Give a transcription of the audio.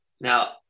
Now